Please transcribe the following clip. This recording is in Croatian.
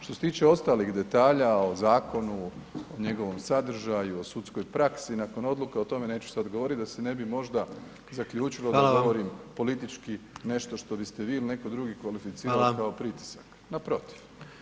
Što se tiče ostalih detalja o zakonu, o njegovom sadržaju, o sudskoj praksi nakon odluka o tome neću sada govoriti da se ne bi možda zaključilo da govorim [[Upadica predsjednik: Hvala vam.]] političkim nešto što biste vi ili neko drugi kvalificirali kao pritisak, naprotiv.